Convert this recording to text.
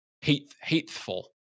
Hateful